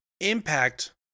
Impact